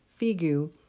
FIGU